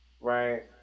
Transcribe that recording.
Right